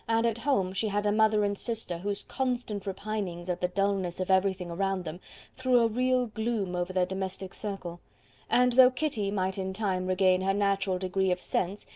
and at home she had a mother and sister whose constant repinings at the dullness of everything around them threw a real gloom over their domestic circle and, though kitty might in time regain her natural degree of sense,